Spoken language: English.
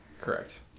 Correct